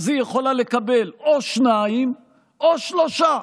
אז היא יכולה לקבל או שניים או שלושה.